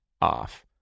off